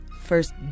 first